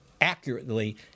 accurately